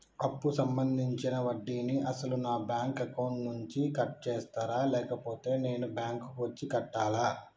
అప్పు సంబంధించిన వడ్డీని అసలు నా బ్యాంక్ అకౌంట్ నుంచి కట్ చేస్తారా లేకపోతే నేను బ్యాంకు వచ్చి కట్టాలా?